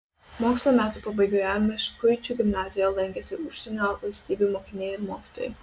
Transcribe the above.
mokslo metų pabaigoje meškuičių gimnazijoje lankėsi užsienio valstybių mokiniai ir mokytojai